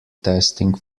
testing